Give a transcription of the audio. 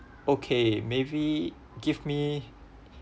okay maybe give me